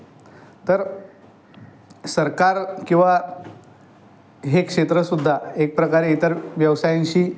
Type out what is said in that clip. तर सरकार किंवा हे क्षेत्रसुद्धा एक प्रकारे इतर व्यवसायांशी